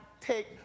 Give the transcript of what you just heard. take